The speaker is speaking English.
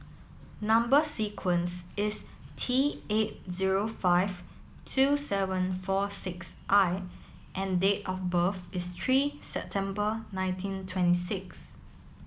number sequence is T eight zero five two seven four six I and date of birth is three September nineteen twenty six